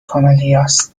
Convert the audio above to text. کاملیاست